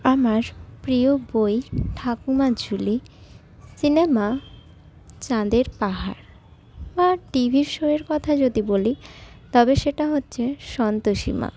আমার প্রিয় বই ঠাকুমার ঝুলি সিনেমা চাঁদের পাহাড় বা টিভি শোয়ের কথা যদি বলি তবে সেটা হচ্ছে সন্তোষী মা